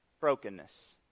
brokenness